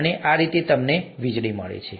અને આ રીતે તમને વીજળી મળે છે